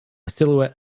silhouette